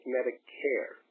Medicare